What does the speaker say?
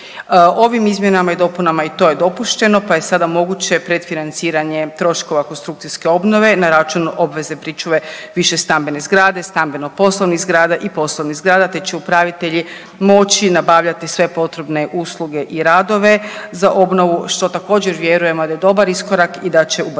Ovim izmjenama i dopunama i to je dopušteno, pa je sada moguće predfinanciranje troškova konstrukcijske obnove na račun obvezne pričuve višestambene zgrade, stambeno-poslovnih zgrada i poslovnih zgrada te će upravitelji moći nabavljati sve potrebne usluge i radove za obnovu, što također, vjerujemo da je dobar iskorak i da će ubrzati